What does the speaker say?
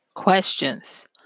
Questions